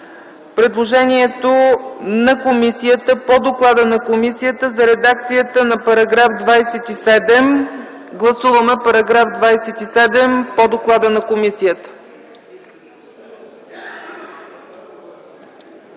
предложението на комисията, по доклада на комисията за редакцията на § 27. Гласуваме § 27 по доклада на комисията.